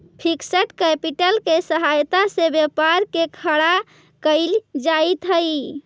fixed capital के सहायता से व्यापार के खड़ा कईल जइत हई